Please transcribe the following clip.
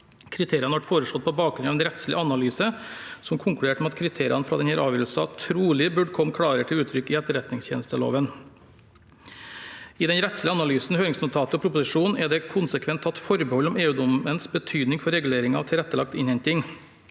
Kriteriene ble foreslått på bakgrunn av en rettslig analyse som konkluderte med at kriteriene fra denne avgjørelsen trolig burde komme klarere til uttrykk i etterretningstjenesteloven. I den rettslige analysen, høringsnotatet og proposisjonen er det konsekvent tatt forbehold om EU-dommens betydning for regulering av tilrettelagt innhenting.